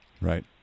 Right